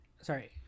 Sorry